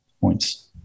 points